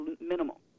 minimal